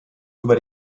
über